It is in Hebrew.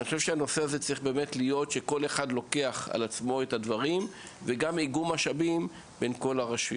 אני חושב כל אחד צריך לקחת על עצמו את האחריות ומנגד יש לחתור